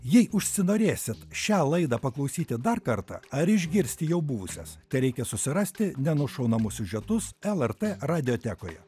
jei užsinorėsit šią laidą paklausyti dar kartą ar išgirsti jau buvusias tereikia susirasti nenušaunamų siužetus lrt radiotekoje